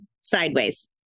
sideways